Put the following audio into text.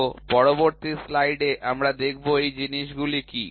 তো পরবর্তী স্লাইডে আমরা দেখব যে এই জিনিসগুলি কী